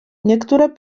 niektóre